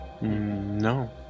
No